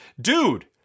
dude